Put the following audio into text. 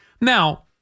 Now